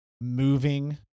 moving